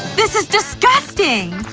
this is disgusting!